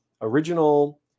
original